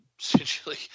essentially